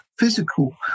physical